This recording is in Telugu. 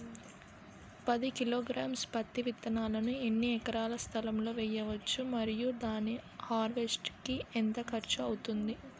పది కిలోగ్రామ్స్ పత్తి విత్తనాలను ఎన్ని ఎకరాల స్థలం లొ వేయవచ్చు? మరియు దాని హార్వెస్ట్ కి ఎంత ఖర్చు అవుతుంది?